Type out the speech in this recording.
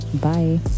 Bye